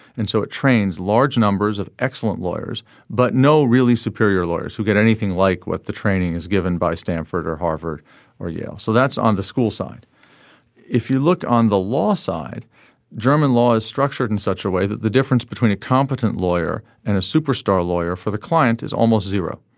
and so it trains large numbers of excellent lawyers but no really superior lawyers who get anything like what the training is given by stanford or harvard or yale. so that's on the school side if you look on the law side german law is structured in such a way that the difference between a competent lawyer and a superstar lawyer for the client is almost zero.